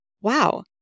wow